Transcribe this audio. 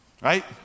right